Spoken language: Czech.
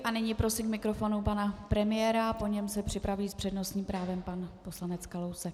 A nyní prosím k mikrofonu pana premiéra, po něm se připraví s přednostním právem pan poslanec Kalousek.